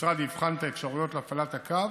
המשרד יבחן את האפשרויות להפעלת הקו